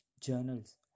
journals